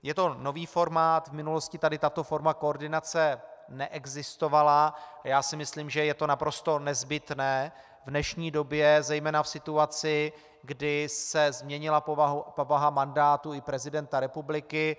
Je to nový formát, v minulosti tady tato forma koordinace neexistovala a já si myslím, že je to naprosto nezbytné v dnešní době, zejména v situaci, kdy se změnila povaha mandátu prezidenta republiky.